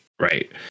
Right